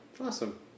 Awesome